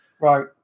right